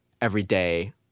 everyday